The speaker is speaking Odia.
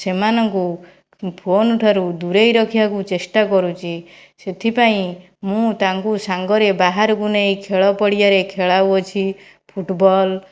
ସେମାନଙ୍କୁ ଫୋନ ଠାରୁ ଦୂରାଇ ରଖିବାକୁ ଚେଷ୍ଟା କରୁଛି ସେଥିପାଇଁ ମୁଁ ତାଙ୍କୁ ସାଙ୍ଗରେ ବାହାରକୁ ନେଇ ଖେଳ ପଡ଼ିଆରେ ଖେଳାଉଅଛି ଫୁଟବଲ